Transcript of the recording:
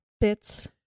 bits